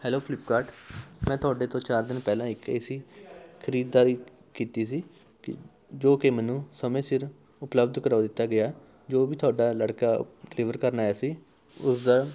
hello Flipkart ਮੈਂ ਤੁਹਾਡੇ ਤੋਂ ਚਾਰ ਦਿਨ ਪਹਿਲਾਂ ਇੱਕ ਏ ਸੀ ਖਰੀਦਦਾਰੀ ਕੀਤੀ ਸੀ ਕ ਜੋ ਕਿ ਮੈਨੂੰ ਸਮੇਂ ਸਿਰ ਉਪਲਬਧ ਕਰਵਾ ਦਿੱਤਾ ਗਿਆ ਜੋ ਵੀ ਤੁਹਾਡਾ ਲੜਕਾ ਡਿਲੀਵਰ ਕਰਨ ਆਇਆ ਸੀ ਉਸ ਦਾ